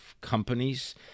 companies